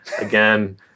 again